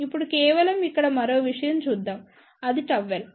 ఇప్పుడు కేవలం ఇక్కడ మరో విషయం చూద్దాం అది ΓL